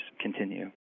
continue